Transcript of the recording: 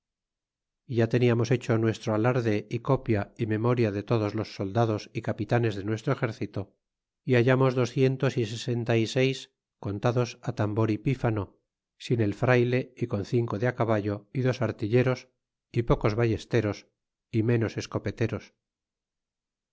caballo ya teniamos hecho nuestro alarde y copia y memoria de todos los soldados y capitanes de nuestro exército y hallamos doscientos y sesenta y seis contados atambor é pífano sin el frayle y con cinco de caballo y dos artilleros y pocos ballesteros y menos escopeteros